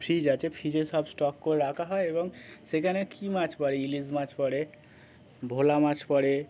fridge আছে ফ্রিজে সব স্টক করে রাখা হয় এবং সেখানে কি মাছ পড়ে ইলিশ মাছ পড়ে ভোলা মাছ পড়ে